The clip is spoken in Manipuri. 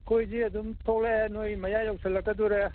ꯑꯈꯣꯏꯁꯤ ꯑꯗꯨꯝ ꯊꯣꯛꯂꯛꯑꯦ ꯅꯈꯣꯏ ꯃꯌꯥ ꯌꯧꯁꯤꯜꯂꯛꯀꯗꯧꯔꯦ